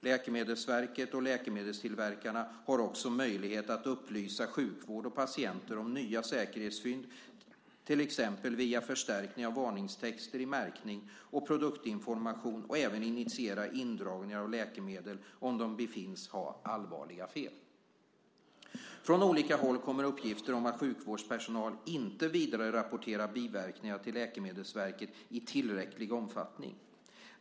Läkemedelsverket och läkemedelstillverkarna har också möjlighet att upplysa sjukvård och patienter om nya säkerhetsfynd till exempel via förstärkning av varningstexter i märkning och produktinformation och även initiera indragningar av läkemedel om de befinns ha allvarliga fel. Från olika håll kommer uppgifter om att sjukvårdspersonal inte vidarerapporterar biverkningar till Läkemedelsverket i tillräcklig omfattning.